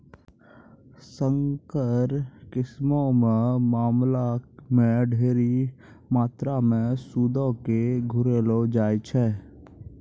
संकर किस्मो के मामला मे ढेरी मात्रामे सूदो के घुरैलो जाय छै